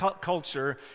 culture